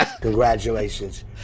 congratulations